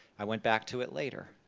i went back to it later,